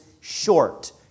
short